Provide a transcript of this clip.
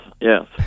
yes